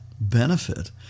benefit